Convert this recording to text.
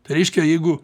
tai reiškia jeigu